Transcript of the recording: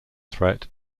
threat